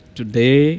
today